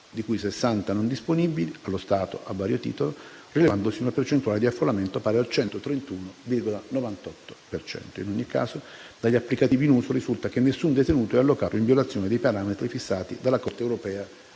di cui 60 non disponibili, allo stato, a vario titolo, rilevandosi una percentuale di affollamento pari al 131,98 per cento. In ogni caso, dagli applicativi in uso risulta che nessun detenuto è allocato in violazione dei parametri fissati dalla Corte europea